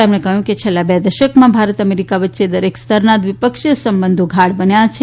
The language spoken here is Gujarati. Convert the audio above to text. તેમણે કહ્યું કે છેલ્લા બે દશકામાં ભારત અમેરિકા વચ્ચે દરેક સ્તરના દ્વિપક્ષીય સંબંધો ગાઢ બન્યા છે